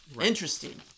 Interesting